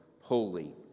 holy